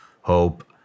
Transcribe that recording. hope